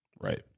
Right